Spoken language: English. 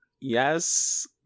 Yes